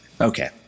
okay